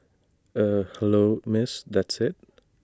eh hello miss that's IT